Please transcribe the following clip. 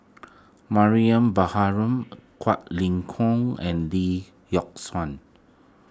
Mariam Baharom Quek Ling Kiong and Lee Yock Suan